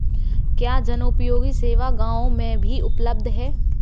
क्या जनोपयोगी सेवा गाँव में भी उपलब्ध है?